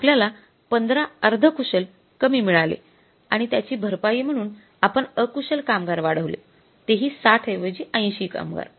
आपल्याला १५ अर्धकुशल कमी मिळाले आणि त्याची भरपाई म्हणून आपण अकुशल कामगार वाढवले ते हि ६० ऐवजी ८० कामगार